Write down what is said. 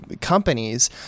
Companies